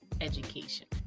education